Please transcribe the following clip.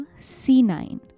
C9